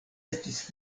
estis